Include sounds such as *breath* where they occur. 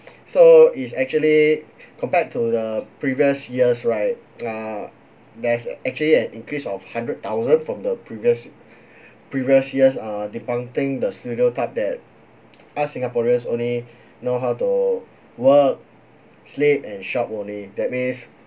so it's actually compared to the previous years right err there's actually an increase of hundred thousand from the previous *breath* previous years uh are debunking the stereotype that us singaporeans only *breath* know how to work sleep and shop only that means